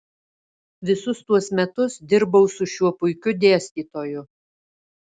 visus tuos metus dirbau su šiuo puikiu dėstytoju